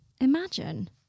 Imagine